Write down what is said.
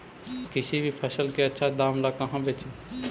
किसी भी फसल के आछा दाम ला कहा बेची?